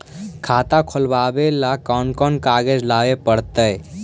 खाता खोलाबे ल कोन कोन कागज लाबे पड़तै?